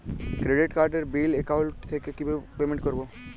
Credit কার্ডের bill account থেকে কিভাবে পেমেন্ট করবো?